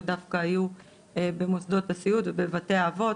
דווקא היו במוסדות הסיעוד ובבתי האבות,